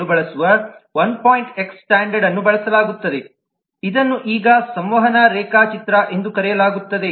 X standard ಅನ್ನು ಬಳಸಲಾಗುತ್ತದೆ ಇದನ್ನು ಈಗ ಸಂವಹನ ರೇಖಾಚಿತ್ರ ಎಂದು ಕರೆಯಲಾಗುತ್ತದೆ